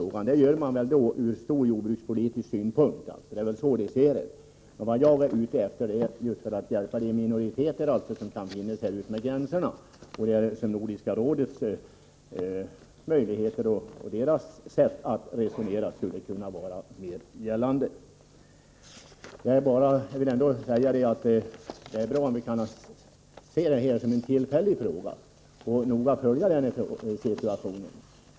Att så skett beror på att man har sett till den samlade jordbrukspolitiken. Det är väl så man ser saken. Jag är ute efter att hjälpa minoriteter som kan finnas utmed gränserna. Där skulle Nordiska rådets sätt att resonera kunna vara tillämpligt. Det är bra om vi kan se detta som en tillfällig fråga och noga följa situationen.